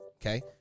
okay